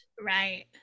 Right